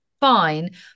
fine